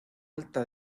alta